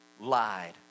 Lied